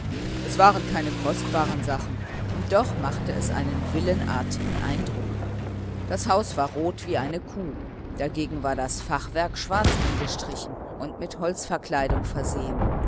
es waren keine kostbaren sachen und doch machte es einen villenartigen eindruck das haus war rot wie eine kuh dagegen das fachwerk schwarz angestrichen und mit holzverkleidung versehen